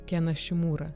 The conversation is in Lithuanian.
kena šimura